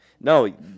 No